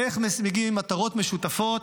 איך מגיעים למטרות משותפות,